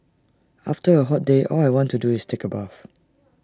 after A hot day all I want to do is take A bath